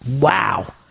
wow